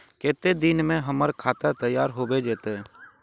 केते दिन में हमर खाता तैयार होबे जते?